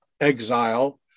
exile